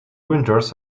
winters